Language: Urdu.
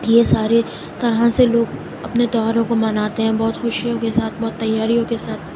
یہ سارے طرح سے لوگ اپنے تیوہاروں کو مناتے ہیں بہت خوشیوں کے ساتھ بہت تیاریوں کے ساتھ